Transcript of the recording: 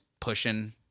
pushing